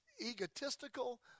egotistical